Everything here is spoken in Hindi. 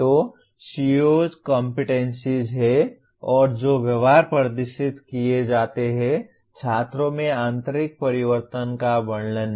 तो COs कॉम्पिटेंसीज हैं और जो व्यवहार प्रदर्शित किए जा सकते हैं छात्रों में आंतरिक परिवर्तनों का वर्णन नहीं